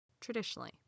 Traditionally